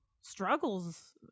struggles